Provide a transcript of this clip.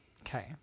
Okay